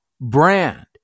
brand